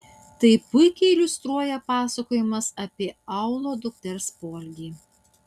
tai puikiai iliustruoja pasakojimas apie aulo dukters poelgį